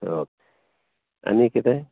okay आनी कितें